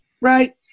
right